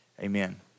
Amen